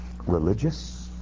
religious